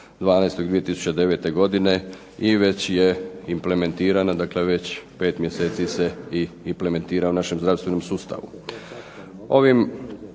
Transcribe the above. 23.12.2009. godine i već je implementirana, dakle već 5 mjeseci se i implementira u našem zdravstvenom sustavu.